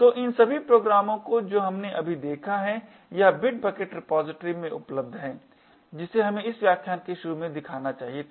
तो इन सभी प्रोग्रामों को जो हमने अभी देखा है वह बिटबकेट रिपॉजिटरी में उपलब्ध है जिसे हमें इस व्याख्यान के शुरू में दिखाना चाहिए था